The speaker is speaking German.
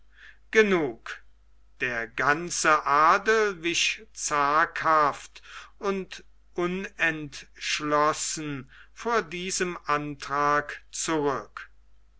genug der ganze adel wich zaghaft und unentschlossen vor diesem antrag zurück